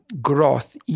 growth